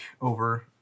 over